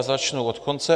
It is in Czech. Začnu od konce.